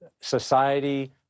society